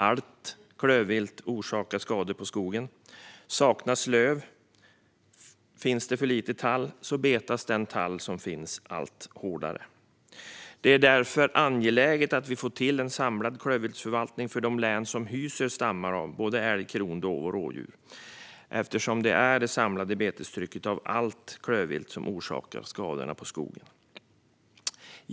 Allt klövvilt orsakar skador på skogen. Saknas löv betas tall, och finns det för lite tall betas den tall som finns allt hårdare. Det är därför angeläget att vi får till en samlad klövviltsförvaltning för de län som hyser stammar av älg, kronhjort, dovhjort och rådjur eftersom det är det samlade betestrycket från allt klövvilt som orsakar skadorna på skog.